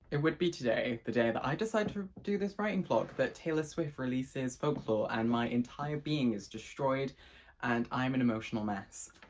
it would be today, the day that i decided to do this writing vlog, that taylor swift releases folklore and my entire being is destroyed and i'm an emotional mess